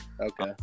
Okay